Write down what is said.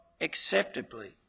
acceptably